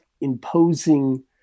imposing